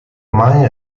mai